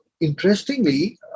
interestingly